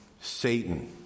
Satan